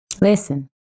Listen